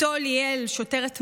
בתו ליאל, שוטרת מג"ב,